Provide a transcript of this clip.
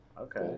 Okay